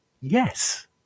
Yes